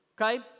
Okay